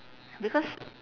because